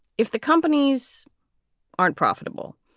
if the companies aren't profitable,